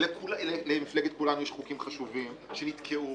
למפלגת כולנו יש חוקים חשובים שנתקעו